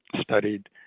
studied